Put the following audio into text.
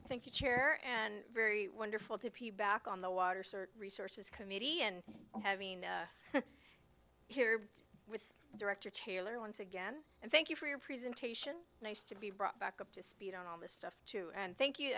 i think it's fair and very wonderful to be back on the water search resources committee and having here with director taylor once again and thank you for your presentation nice to be brought back up to speed on all this stuff to and thank you